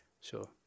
Sure